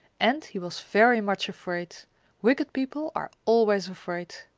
and he was very much afraid wicked people are always afraid.